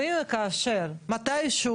ואם כאשר מתישהו,